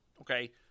Okay